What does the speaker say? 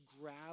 grab